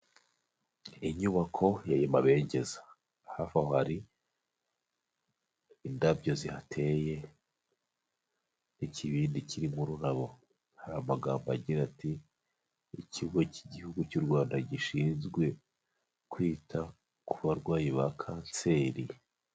Inyubako ya mabengeza, hafi aho hari indabyo zihateye. Ikibindi kirimo ururabo, hari amagambo agira ati ikigo cy'Igihugu cy'u Rwanda gishinzwe kwita ku barwayi ba kanseri.